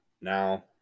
now